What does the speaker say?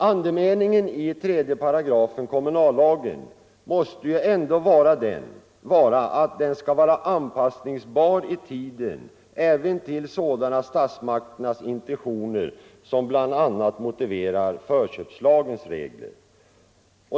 Andemeningen i 3 § kommunallagen måste ändå vara att den skall vara anpassningsbar i tiden även till sådana statsmakternas intentioner som bl.a. motiverat förköpslagens regler.